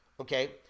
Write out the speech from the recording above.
okay